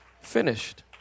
finished